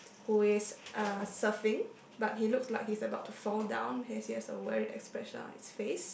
who is uh surfing but he looks like he is about to fall down you can see he has a worried expression on his face